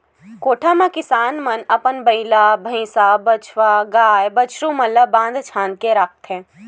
कोठा म किसान मन अपन बइला, भइसा, बछवा, गाय, बछरू मन ल बांध छांद के रखथे